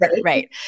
right